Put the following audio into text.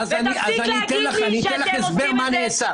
ותפסיק להגיד לי שאתם עושים --- אז אני אתן לך הסבר מה נעשה.